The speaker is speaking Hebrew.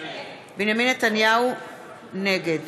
נגד